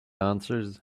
answers